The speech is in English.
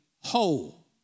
whole